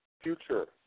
future